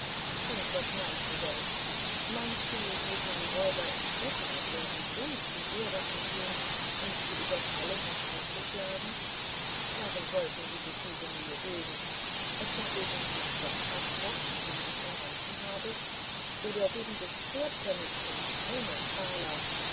und was meinst du denn meinst du die herren räuber im spessart werden uns die ehre antun uns zu überfallen und totzuschlagen warum sollten sie sich diese mühe geben etwa wegen meines sonntagsrocks den ich im ranzen habe oder wegen des zehrpfennigs von einem taler